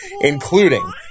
including